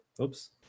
Oops